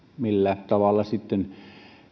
millä tavalla